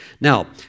Now